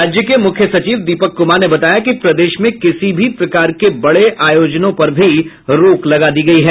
राज्य के मुख्य सचिव दीपक कुमार ने बताया कि प्रदेश में किसी भी प्रकार के बड़े आयोजनों पर भी रोक लगा दी गई है